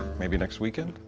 maybe next weekend?